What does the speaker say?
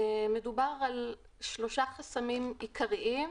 מדובר על שלושה חסמים עיקריים,